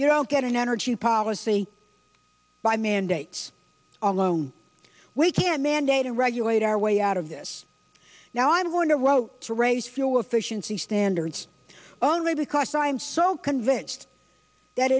you don't get an energy policy by mandates alone we can't mandate and regulate our way out of this now i'm going to wrote to raise fuel efficiency standards only because i'm so convinced that